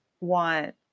want